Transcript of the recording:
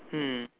mm